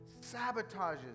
sabotages